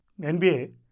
NBA